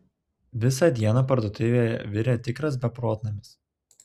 visą dieną parduotuvėje virė tikras beprotnamis